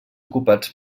ocupats